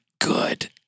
good